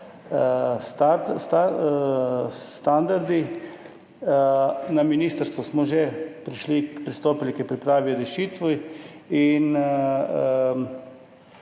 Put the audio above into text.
standardi. Na ministrstvu smo že pristopili k pripravi rešitev in